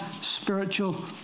spiritual